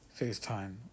FaceTime